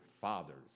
fathers